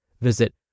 Visit